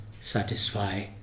satisfy